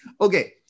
Okay